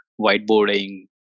whiteboarding